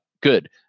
good